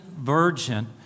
virgin